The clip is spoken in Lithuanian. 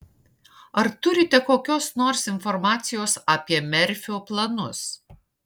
ar turite kokios nors informacijos apie merfio planus